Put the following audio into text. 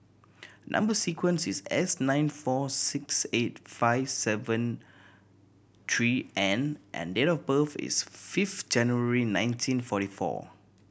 number sequence is S nine four six eight five seven three N and date of birth is fifth January nineteen forty four